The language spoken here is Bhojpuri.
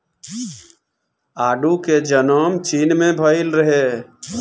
आडू के जनम चीन में भइल रहे